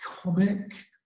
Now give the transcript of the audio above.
comic